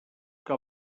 que